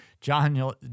John